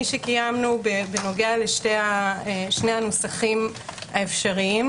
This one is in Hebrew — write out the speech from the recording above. שקיימנו בנוגע לשני הנוסחים האפשריים.